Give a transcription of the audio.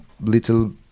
little